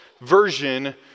version